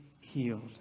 healed